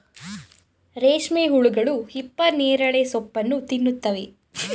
ರೇಷ್ಮೆ ಹುಳುಗಳು ಹಿಪ್ಪನೇರಳೆ ಸೋಪ್ಪನ್ನು ತಿನ್ನುತ್ತವೆ